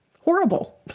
horrible